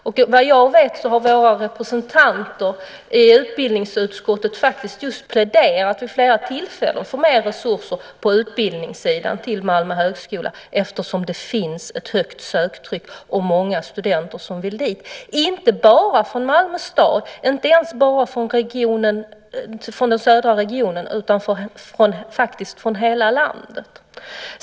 Och vad jag vet har våra representanter i utbildningsutskottet faktiskt just vid flera tillfällen pläderat för mer resurser på utbildningssidan till Malmö högskola, eftersom det finns ett högt söktryck och många studenter som vill dit - inte bara från Malmö stad, inte ens bara från den södra regionen utan faktiskt från hela landet.